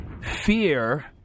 Fear